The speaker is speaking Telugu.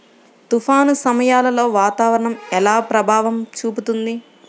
తుఫాను సమయాలలో వాతావరణం ఎలా ప్రభావం చూపుతుంది?